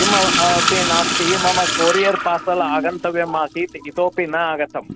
किम् अपि नास्ति मम कोरियर् पासल् आगन्तव्यम् आसीत् इतोपि न आगतम्